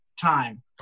time